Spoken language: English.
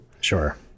sure